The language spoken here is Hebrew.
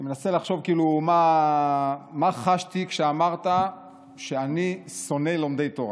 אני מנסה לחשוב מה חשתי כשאמרת שאני שונא לומדי תורה,